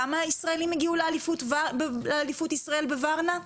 כמה אנשים הגיעו לאליפות ישראל בוורנה?